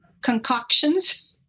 concoctions